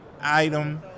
item